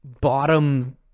bottom